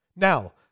Now